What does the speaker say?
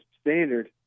standard